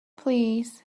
plîs